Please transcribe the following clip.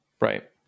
Right